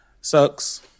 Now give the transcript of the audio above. Sucks